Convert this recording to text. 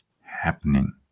happening